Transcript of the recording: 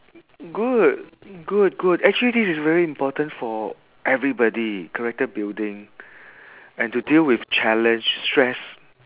good good good actually this is very important for everybody character building and to deal with challenge stress